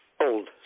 old